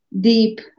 deep